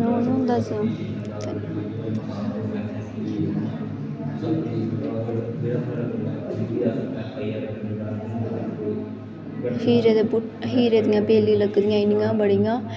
घर होंदा फिर अपने बेल्लां लग्गी दियां इन्नियां बड़ियां